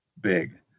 big